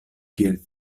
kiel